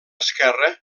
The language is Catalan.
esquerra